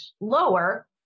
lower